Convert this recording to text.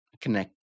connect